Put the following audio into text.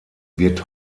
wird